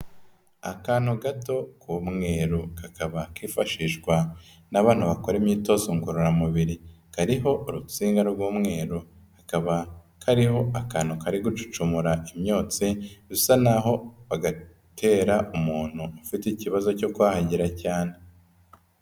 Akantu gato k'umweru, kakaba kifashishwa n'abantu bakora imyitozo ngororamubiri. Kariho urutsinga rw'umweru, kakaba kariho akantu kari gucucumura imyotsi, bisa naho bagatera umuntu ufite ikibazo cyo kwahagira cyane.